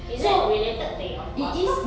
is that related to your course though